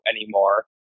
anymore